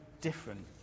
different